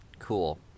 Cool